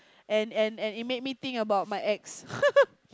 and and and it made me think about my ex